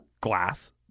glass